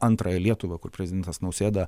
antrąją lietuvą kur prezidentas nausėda